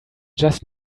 just